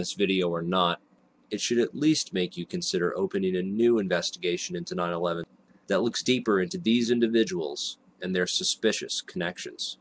this video or not it should at least make you consider opening a new investigation into nine eleven that looks deeper into these individuals and their suspicious connections